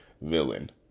villain